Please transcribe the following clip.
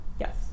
Yes